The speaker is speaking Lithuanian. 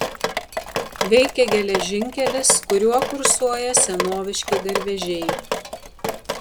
veikia geležinkelis kuriuo kursuoja senoviški garvežiai